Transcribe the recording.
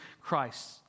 Christ